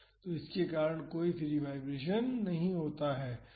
तो इसके कारण कोई फ्री वाईब्रेशन नहीं होता है